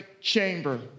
chamber